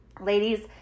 ladies